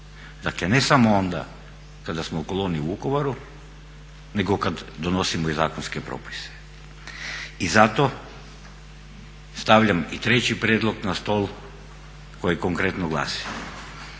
Dakle, ne samo onda kada smo u koloni u Vukovaru, nego kad donosimo i zakonske propise. I zato stavljam i treći prijedlog na stol koji konkretno glasi: